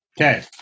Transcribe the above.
Okay